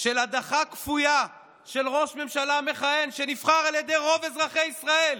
של הדחה כפויה של ראש ממשלה מכהן שנבחר על ידי רוב אזרחי ישראל.